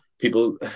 People